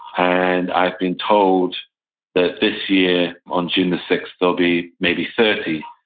and i've been told that this year on june the sixth there'll be maybe thirty.